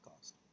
cost